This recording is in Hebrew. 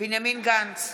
בנימין גנץ,